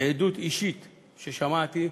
מעדות אישית ששמעתי,